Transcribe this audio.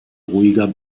ruhiger